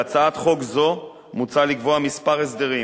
בהצעת חוק זו מוצע לקבוע כמה הסדרים: